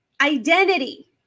Identity